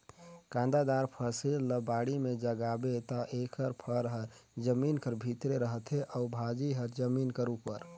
कांदादार फसिल ल बाड़ी में जगाबे ता एकर फर हर जमीन कर भीतरे रहथे अउ भाजी हर जमीन कर उपर